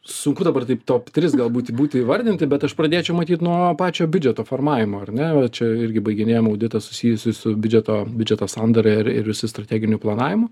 sunku dabar taip top tris galbūt būtų įvardinti bet aš pradėčiau matyt nuo pačio biudžeto formavimo ar ne čia irgi baiginėjam auditą susijusį su biudžeto biudžeto sandara ir ir su strateginiu planavimu